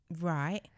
Right